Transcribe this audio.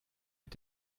mit